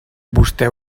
vostè